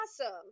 awesome